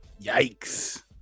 Yikes